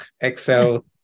Excel